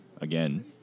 again